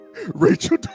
rachel